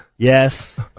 Yes